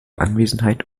anwesenheit